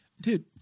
Dude